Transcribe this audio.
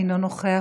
אינו נוכח,